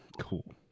cool